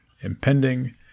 impending